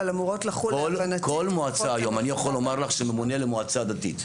אני יכול לומר לך שממונה למועצה דתית,